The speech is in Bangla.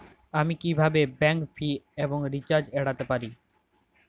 আমি কিভাবে ব্যাঙ্ক ফি এবং চার্জ এড়াতে পারি?